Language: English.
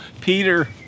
Peter